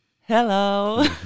Hello